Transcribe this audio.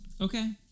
Okay